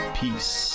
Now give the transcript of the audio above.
peace